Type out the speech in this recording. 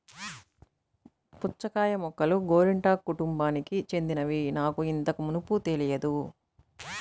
పుచ్చకాయ మొక్కలు గోరింటాకు కుటుంబానికి చెందినవని నాకు ఇంతకు మునుపు తెలియదు